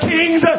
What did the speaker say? Kings